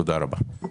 תודה רבה.